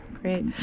Great